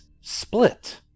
split